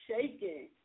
shaking